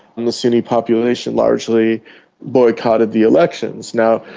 and the sunni population largely boycotted the elections. now,